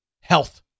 Health